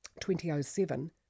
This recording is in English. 2007